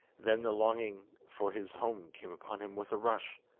then the longing for his home came upon him with a rush,